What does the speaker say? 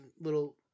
Little